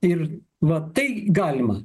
ir va tai galima